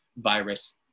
virus